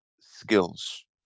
skills